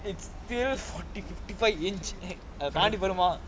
it's still forty fifty five inch நாளைக்கு வருமா:nalaikku varumaa